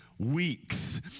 Weeks